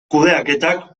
kudeaketak